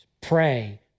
pray